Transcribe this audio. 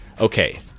Okay